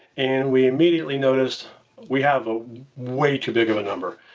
and we immediately noticed we have ah way too big of a number.